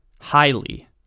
highly